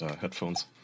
headphones